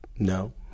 No